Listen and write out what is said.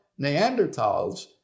Neanderthals